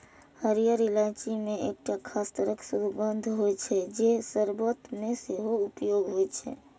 हरियर इलायची मे एकटा खास तरह सुगंध होइ छै, तें शर्बत मे सेहो उपयोग होइ छै